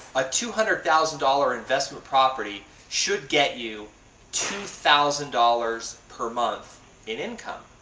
a two hundred thousand dollars investment property should get you two thousand dollars per month in income.